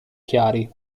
chiari